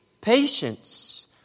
patience